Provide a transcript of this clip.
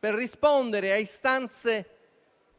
per rispondere a istanze